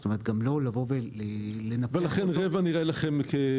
זאת אומרת -- ולכן רבע נראה לכם סביר.